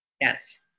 Yes